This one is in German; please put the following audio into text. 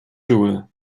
joule